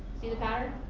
see the pattern,